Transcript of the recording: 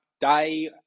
Day